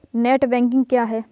Net banking क्या है?